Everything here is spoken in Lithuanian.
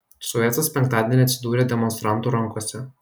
suecas penktadienį atsidūrė demonstrantų rankose